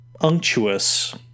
unctuous